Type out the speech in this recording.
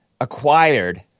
acquired